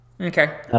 Okay